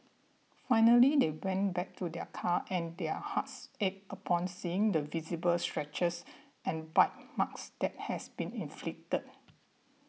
finally they went back to their car and their hearts ached upon seeing the visible scratches and bite marks that has been inflicted